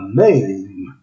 name